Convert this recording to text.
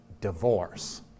divorce